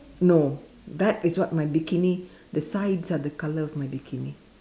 no that is what my bikini the sides of the color of my bikini